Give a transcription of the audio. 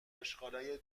آشغالای